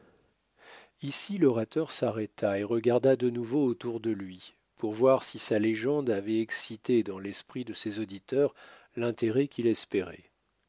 ici l'orateur s'arrêta et regarda de nouveau autour de lui pour voir si sa légende avait excité dans l'esprit de ses auditeurs l'intérêt qu'il espérait